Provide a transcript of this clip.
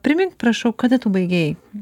primink prašau kada tu baigei